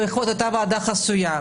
בעקבות אותה ועדה חסויה.